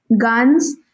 guns